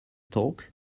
talk